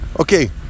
okay